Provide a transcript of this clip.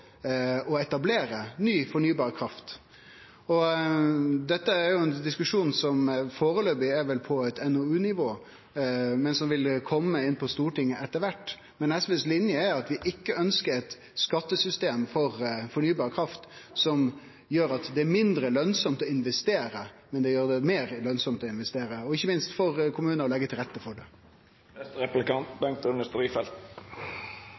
å etablere ny fornybar kraft. Dette er ein diskusjon som førebels vel er på eit NOU-nivå, men som vil kome inn til Stortinget etter kvart. SVs linje er at vi ikkje ønskjer eit skattesystem for fornybar kraft som gjer det mindre lønsamt å investere, men gjer det meir lønsamt å investere og ikkje minst for kommunane å leggje til rette for